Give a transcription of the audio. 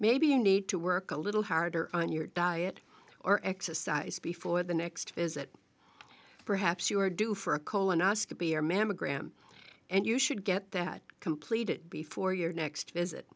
maybe you need to work a little harder on your diet or exercise before the next visit perhaps you are due for a colon us to be your mammogram and you should get that completed before your next visit